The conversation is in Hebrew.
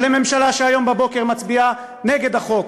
או לממשלה שהיום בבוקר מצביעה נגד החוק